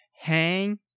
Hang